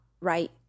right